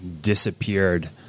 disappeared